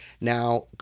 now